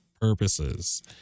purposes